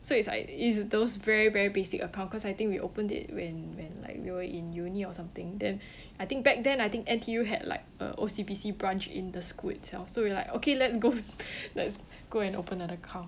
so it's like it's those very very basic account cause I think we opened it when when like we were in uni or something then I think back then I think N_T_U had like a O_C_B_C branch in the school itself so we're like okay let's go let's go and open an account